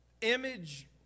image